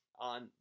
on